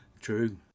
True